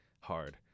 hard